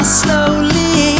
slowly